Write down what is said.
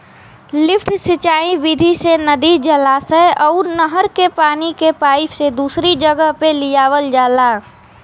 lift सिंचाई विधि से नदी, जलाशय अउर नहर के पानी के पाईप से दूसरी जगह पे लियावल जाला